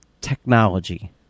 technology